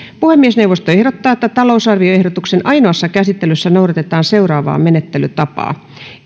puhemiesneuvosto ehdottaa että talousarvioehdotuksen ainoassa käsittelyssä noudatetaan seuraavaa menettelytapaa